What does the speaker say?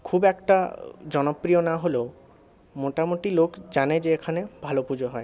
খুব একটা জনপ্রিয় না হলেও মোটামোটি লোক জানে যে এখানে ভালো পুজো হয়